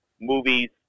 movies